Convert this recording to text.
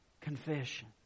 confession